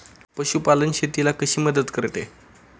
पशुपालन शेतीला कशी मदत करते?